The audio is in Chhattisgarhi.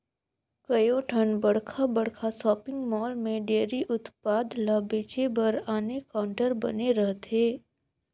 कयोठन बड़खा बड़खा सॉपिंग मॉल में डेयरी उत्पाद ल बेचे बर आने काउंटर बने रहथे